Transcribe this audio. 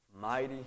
mighty